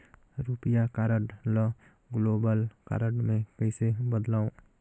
रुपिया कारड ल global card मे कइसे बदलव?